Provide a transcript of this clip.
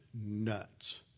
nuts